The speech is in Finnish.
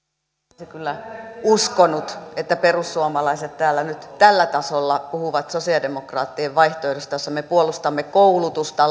olisi kyllä uskonut että perussuomalaiset täällä nyt tällä tasolla puhuvat sosialidemokraattinen vaihtoehdosta jossa me puolustamme koulutusta